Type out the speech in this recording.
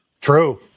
True